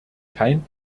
kein